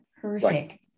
Horrific